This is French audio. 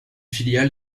filiale